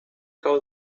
cau